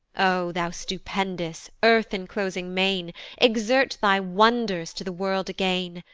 o thou stupendous, earth-enclosing main exert thy wonders to the world again!